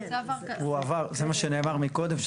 זה הועבר, זה מה שנאמר מקודם.